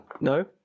no